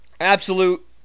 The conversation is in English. absolute